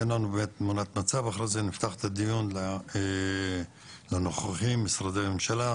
תן לנו באמת תמונת מצב ואחרי זה נפתח את הדיון לנוכחים משרדי הממשלה,